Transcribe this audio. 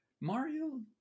Mario